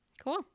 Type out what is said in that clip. Cool